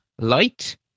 light